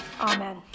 Amen